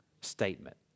statement